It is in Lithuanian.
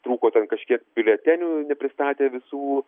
trūko ten kažkiek biuletenių nepristatė visų